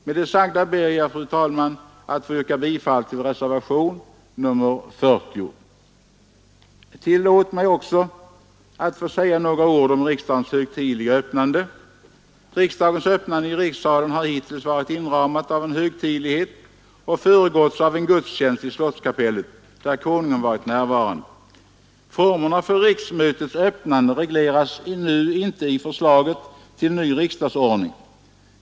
Med det sagda ber jag, fru talman, att få yrka bifall till reservationen 40. Tillåt mig också att säga några ord om riksdagens högtidliga öppnande. Riksdagens öppnande i rikssalen har hittills varit inramat av en högtidlighet och föregåtts av en gudstjänst i slottskapellet, där Konungen varit närvarande. Formerna för riksmötets öppnande regleras inte i förslaget till ny riksdagsordning.